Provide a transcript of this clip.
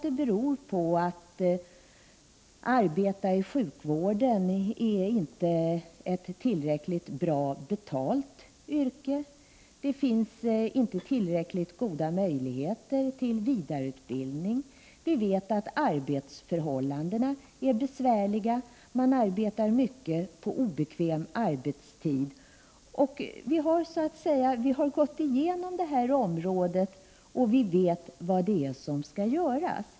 Det beror på att arbete i sjukvården inte är tillräckligt bra avlönat, det ger inte tillräckligt goda möjligheter till vidareutbildning. Arbetsförhållandena är besvärliga, och de anställda arbetar i stor utsträckning på obekväm arbetstid. Vi har gått igenom hela området, och vi vet vad det är som skall göras.